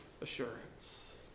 assurance